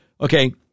Okay